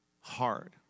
hard